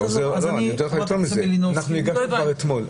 אנחנו הגשנו את ההסתייגויות כבר אתמול.